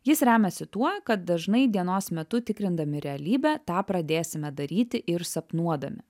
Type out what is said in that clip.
jis remiasi tuo kad dažnai dienos metu tikrindami realybę tą pradėsime daryti ir sapnuodami